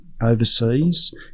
overseas